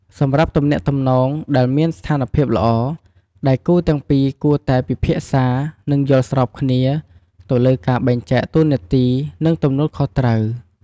សម្រាប់ទំនាក់ទំនងដែលមានស្ថានភាពល្អ ដៃគូទាំងពីរគួរតែ ពិភាក្សា និងយល់ស្របគ្នា ទៅលើការបែងចែកតួនាទី និងទំនួលខុសត្រូវ។